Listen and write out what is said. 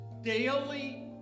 daily